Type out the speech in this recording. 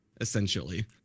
essentially